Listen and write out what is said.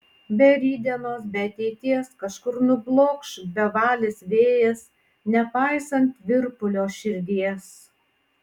be rytdienos be ateities kažkur nublokš bevalis vėjas nepaisant virpulio širdies